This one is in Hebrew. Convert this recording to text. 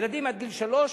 ילדים עד גיל שלוש.